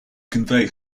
convey